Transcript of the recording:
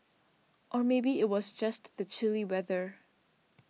or maybe it was just the chilly weather